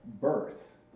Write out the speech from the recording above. birth